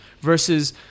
Versus